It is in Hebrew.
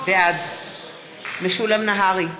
בעד משולם נהרי,